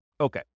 Okay